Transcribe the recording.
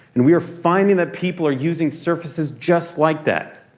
and we are finding that people are using surfaces just like that.